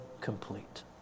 complete